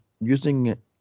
using